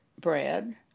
bread